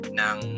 ng